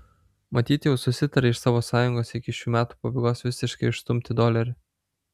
matyt jau susitarė iš savo sąjungos iki šių metų pabaigos visiškai išstumti dolerį